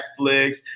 netflix